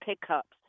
pickups